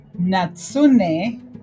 Natsune